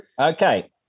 Okay